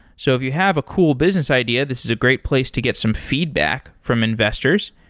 so if you have a cool business idea, this is a great place to get some feedback from investors,